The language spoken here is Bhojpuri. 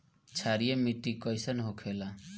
क्षारीय मिट्टी कइसन होखेला?